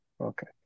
Okay